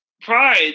pride